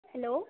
hello